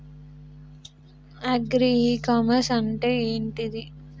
Agri e commerce అంటే ఏంటిది?